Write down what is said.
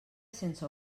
sense